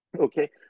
Okay